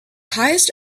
highest